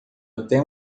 até